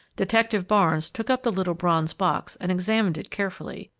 detective barnes took up the little bronze box and examined it carefully,